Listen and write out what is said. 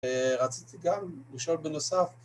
רציתי גם לשאול בנוסף